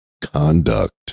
conduct